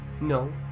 No